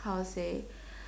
how to say